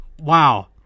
wow